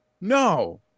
No